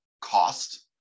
cost